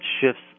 shifts